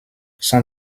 son